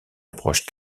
approche